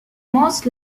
most